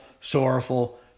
sorrowful